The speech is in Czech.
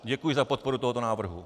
Děkuji za podporu tohoto návrhu.